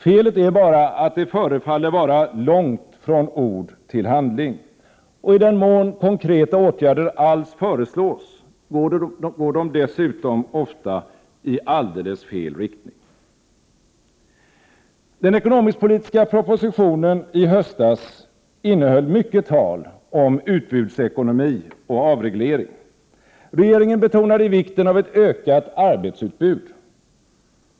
Felet är bara att det förefaller vara långt från ord till handling. I den mån konkreta åtgärder alls föreslås, går de dessutom ofta i alldeles fel riktning. Den ekonomisk-politiska propositionen i höstas innehöll mycket tal om utbudsekonomi och avreglering. Regeringen betonade vikten av ett ökat arbetsutbud.